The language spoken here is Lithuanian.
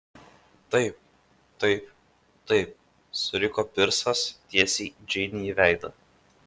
taip taip taip suriko pirsas tiesiai džeinei į veidą